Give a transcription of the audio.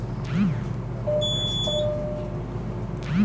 টাকা ধার নেওয়ার সময় অনেক রিস্ক থাকে